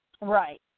Right